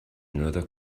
another